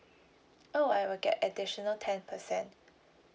oh I will get additional ten percent